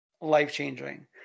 life-changing